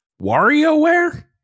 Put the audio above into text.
WarioWare